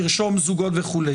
לרשום זוגות וכו'.